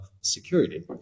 security